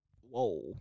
whoa